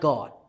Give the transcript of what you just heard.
God